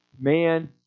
Man